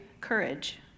courage